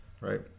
right